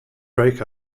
break